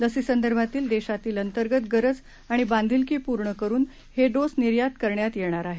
लर्सीसंदर्भातील देशातील अंतर्गत गरज आणि बांधिलकीपूर्ण करुन हे डोस निर्यात करण्यात येणार आहे